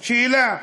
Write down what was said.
שאלה.